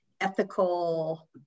ethical